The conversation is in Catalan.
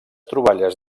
troballes